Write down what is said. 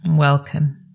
welcome